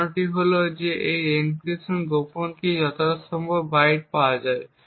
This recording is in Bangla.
ধারণাটি হল এই গোপন কী থেকে যতটা সম্ভব বাইট পাওয়া যায়